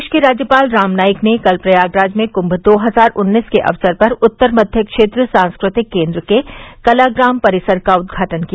प्रदेश के राज्यपाल राम नाईक ने कल प्रयागराज में कुंभ दो हजार उन्नीस के अवसर पर उत्तर मध्य क्षेत्र सांस्कृतिक केन्द्र के कलाग्राम परिसर का उद्घाटन किया